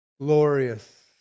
glorious